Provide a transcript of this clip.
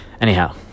Anyhow